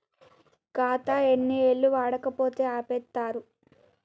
ఖాతా ఎన్ని ఏళ్లు వాడకపోతే ఆపేత్తరు?